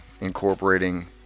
incorporating